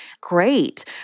great